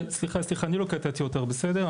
סליחה, סליחה, אני לא קטעתי אותך, בסדר?